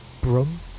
Brum